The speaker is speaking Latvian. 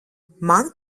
man